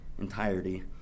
entirety